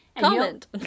comment